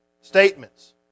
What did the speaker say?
statements